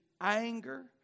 anger